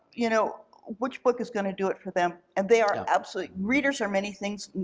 you know which book is gonna do it for them, and they are absolutely, readers are many things.